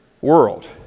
world